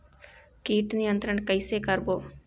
कीट नियंत्रण कइसे करबो?